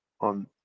on